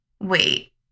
wait